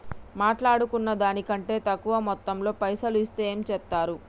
మాట్లాడుకున్న దాని కంటే తక్కువ మొత్తంలో పైసలు ఇస్తే ఏం చేత్తరు?